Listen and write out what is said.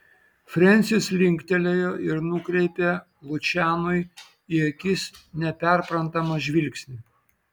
frensis linktelėjo ir nukreipė lučianui į akis neperprantamą žvilgsnį